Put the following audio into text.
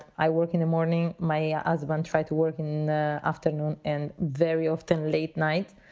i work in the morning. my ah husband tried to work in the afternoon and very often late night.